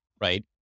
right